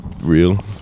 Real